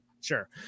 Sure